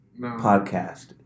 podcast